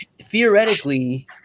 theoretically